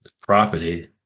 property